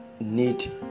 need